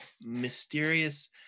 mysterious